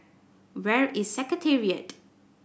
where is Secretariat